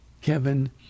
Kevin